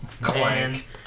Clank